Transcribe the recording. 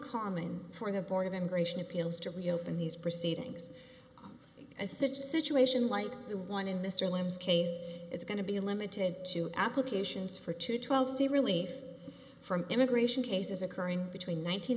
common for the board of immigration appeals to reopen these proceedings as such a situation like the one in mr lim's case is going to be limited to applications for two twelve's the relief from immigration cases occurring between